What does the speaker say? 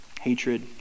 hatred